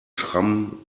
schrammen